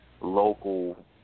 local